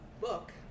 book